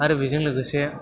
आरो बिजों लोगोसे